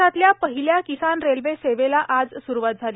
देशातल्या पहिल्या किसान रेल्वे सेवेला आज स्रुवात झाली